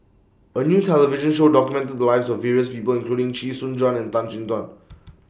A New television Show documented The Lives of various People including Chee Soon Juan and Tan Chin Tuan